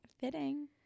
fitting